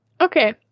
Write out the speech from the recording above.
okay